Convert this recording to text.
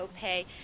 pay